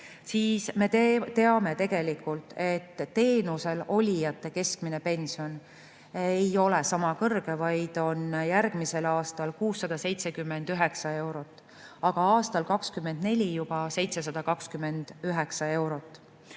aga me teame tegelikult, et teenusel olijate keskmine pension ei ole sama kõrge, vaid on järgmisel aastal 679 eurot ja aastal 2024 juba 729 eurot.